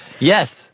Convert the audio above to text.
Yes